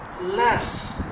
less